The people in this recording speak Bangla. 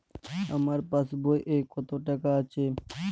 আমার পাসবই এ কত টাকা আছে?